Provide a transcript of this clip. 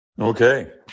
Okay